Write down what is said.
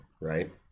right